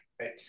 right